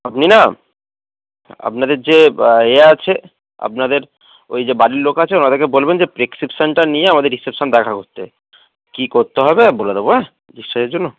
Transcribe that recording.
আপনি না আপনাদের যে এ আছে আপনাদের ওই যে বাড়ির লোক আছে ওদেরকে বলবেন যে প্রেসক্রিপশানটা নিয়ে আমাদের রিসেপশান দেখা করতে কী করতে হবে বলে দেবো হ্যাঁ জন্য